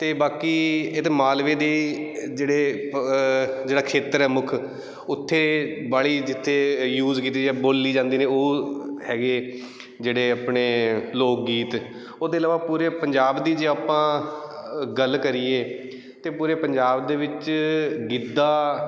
ਅਤੇ ਬਾਕੀ ਇਹ ਤਾਂ ਮਾਲਵੇ ਦੇ ਜਿਹੜੇ ਜਿਹੜਾ ਖੇਤਰ ਹੈ ਮੁੱਖ ਉੱਥੇ ਬਾਹਲੀ ਜਿੱਥੇ ਯੂਜ਼ ਕੀਤੀ ਜਾਂਦੀ ਬੋਲੀ ਜਾਂਦੇ ਨੇ ਉਹ ਹੈਗੇ ਜਿਹੜੇ ਆਪਣੇ ਲੋਕ ਗੀਤ ਉਹਦੇ ਇਲਾਵਾ ਪੂਰੇ ਪੰਜਾਬ ਦੀ ਜੇ ਆਪਾਂ ਗੱਲ ਕਰੀਏ ਤਾਂ ਪੂਰੇ ਪੰਜਾਬ ਦੇ ਵਿੱਚ ਗਿੱਧਾ